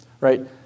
right